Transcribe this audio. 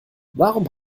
warum